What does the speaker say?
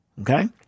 Okay